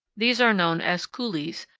these are known as coulees,